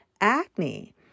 acne